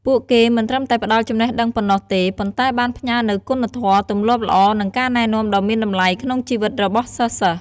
ពួកគេមិនត្រឹមតែផ្តល់ចំណេះដឹងប៉ុណ្ណោះទេ ប៉ុន្តែបានផ្ញើនូវគុណធម៌ ទម្លាប់ល្អ និងការណែនាំដ៏មានតម្លៃក្នុងជីវិតរបស់សិស្សៗ។